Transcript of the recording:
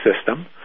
system